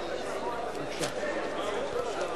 וגם בקריאה שלישית.